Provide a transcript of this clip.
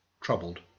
troubled